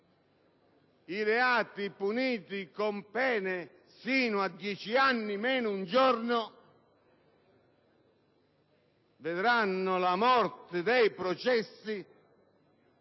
reati puniti con pene sino a dieci anni meno un giorno vedranno la morte e migliaia